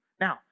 Now